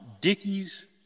Dickies